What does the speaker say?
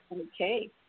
Okay